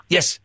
Yes